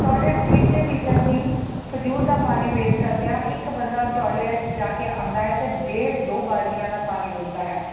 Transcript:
toilet seat ਦੇ ਵਿੱਚ ਅਸੀਂ ਫਜੂਲ ਦਾ ਪਾਣੀ ਵੇਸਟ ਕਰਦੇ ਹਾਂ ਇੱਕ ਬੰਦਾ ਟੋਇਲਟ ਜਾ ਕੇ ਆਉਂਦਾ ਹੈ ਤਾਂ ਡੇਢ ਦੋ ਬਾਲਟੀਆਂ ਦਾ ਪਾਣੀ ਰੁੜ੍ਹਦਾ ਹੈ